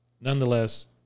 nonetheless